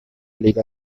liga